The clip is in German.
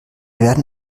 werden